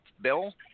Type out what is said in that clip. Bill